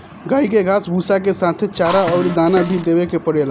गाई के घास भूसा के साथे चारा अउरी दाना भी देवे के पड़ेला